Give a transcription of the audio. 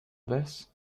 this